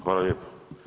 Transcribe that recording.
Hvala lijepo.